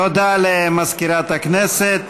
תודה למזכירת הכנסת.